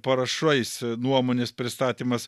parašais nuomonės pristatymas